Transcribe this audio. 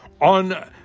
On